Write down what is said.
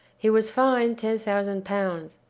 he was fined ten thousand pounds.